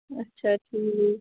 اچھا ٹھیٖک